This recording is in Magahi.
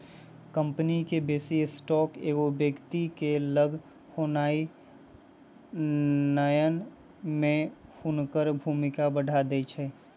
कंपनी के बेशी स्टॉक एगो व्यक्ति के लग होनाइ नयन में हुनकर भूमिका बढ़ा देइ छै